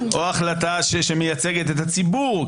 או החלטה שמייצגת את הציבור,